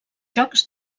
jocs